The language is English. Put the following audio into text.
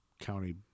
County